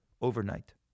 overnight